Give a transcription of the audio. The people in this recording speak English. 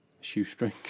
shoestring